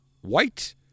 white